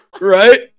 Right